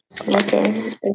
Okay